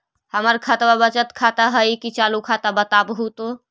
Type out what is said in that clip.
हमर खतबा बचत खाता हइ कि चालु खाता, बताहु तो?